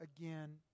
again